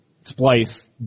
splice